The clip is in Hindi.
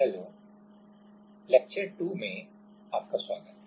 नमस्कार व्याख्यान 2 में आपका स्वागत है